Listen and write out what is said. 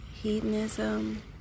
Hedonism